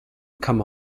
come